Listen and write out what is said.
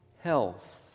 health